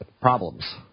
problems